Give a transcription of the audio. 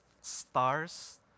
stars